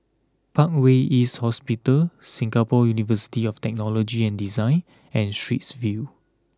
Parkway East Hospital Singapore University of Technology and Design and Straits View